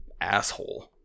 asshole